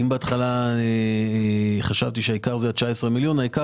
אם בהתחלה חשבתי שהעיקר זה ה-19 מיליון שקל העיקר